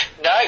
No